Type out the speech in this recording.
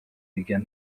began